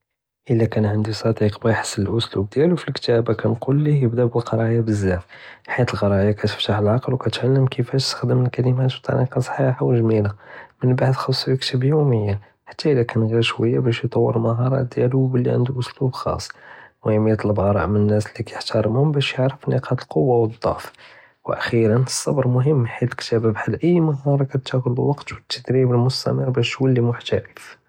אלא קאן ענדי צדיק בغا יחסן אלאסلوب דיאלו פלקתאבה כנקול ליה יבדא בלקראיה בזאף, חית אלקראיה كتפתח אלעקל ו קטעלם כיפאש תסתעמל אלכלמאט בדריקה סחיחה ו ג'מילה, מן בעד חסכו יכתב יומיא, חתי איפא קאן ג'יר שוيا באש יטוור אלמה'אראת דיאלו ו יולי ענדו אסلوب חס, אלמחם יתלב ארא' מן אלناس לי קיהתרמום באש יערף נקאט אלכועה ו אלדערף, ו אכשירן אלסבר מחם חית אלכתאבה בחאל אי מהארה קטאחוד אלווקט ו אלתדריב אלמסטמר באש תולי מומת'ף.